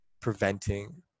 preventing